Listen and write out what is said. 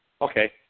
Okay